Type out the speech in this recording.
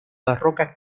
barroca